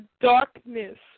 darkness